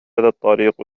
الطريق